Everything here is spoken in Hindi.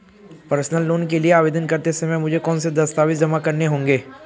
पर्सनल लोन के लिए आवेदन करते समय मुझे कौन से दस्तावेज़ जमा करने होंगे?